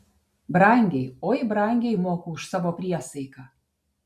brangiai oi brangiai moku už savo priesaiką